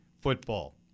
football